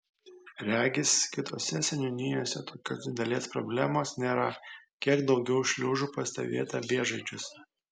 regis kitose seniūnijose tokios didelės problemos nėra kiek daugiau šliužų pastebėta vėžaičiuose